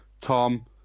Tom